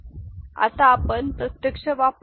X Yin X Yout Ln 1 En 1Ln 2 En 1En 2 E1L0 En 1En 2 E0